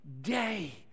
day